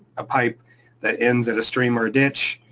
a pipe that ends at a stream or a ditch,